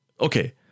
okay